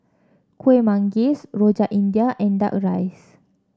Kueh Manggis Rojak India and duck rice